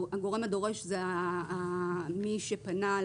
הגורם הדורש הוא מי שפנה,